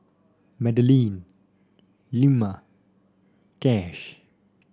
Madalynn Ilma Kash